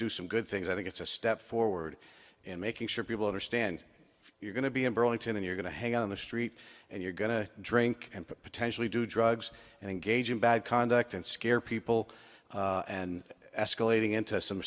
do some good things i think it's a step forward in making sure people understand if you're going to be in burlington and you're going to hang on the street and you're going to drink and potentially do drugs and engage in bad conduct and scare people and escalating into some